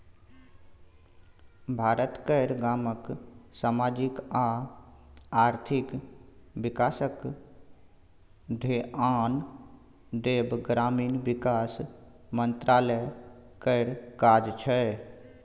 भारत केर गामक समाजिक आ आर्थिक बिकासक धेआन देब ग्रामीण बिकास मंत्रालय केर काज छै